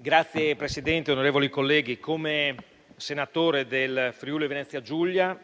Signor Presidente, onorevoli colleghi, come senatore del Friuli-Venezia Giulia,